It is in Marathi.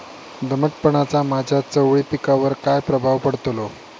दमटपणाचा माझ्या चवळी पिकावर काय प्रभाव पडतलो?